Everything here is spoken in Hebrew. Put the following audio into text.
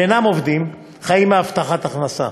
ואינם עובדים חיים מהבטחת הכנסה.